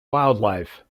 wildlife